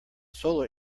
solar